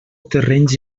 terrenys